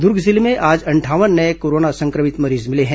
दुर्ग जिले में आज अंठावन नये कोरोना संक्रमित मरीज मिले हैं